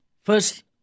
First